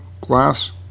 glass